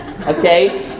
okay